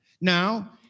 Now